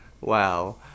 wow